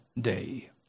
day